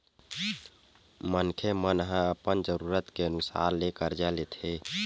मनखे मन ह अपन जरूरत के अनुसार ले करजा लेथे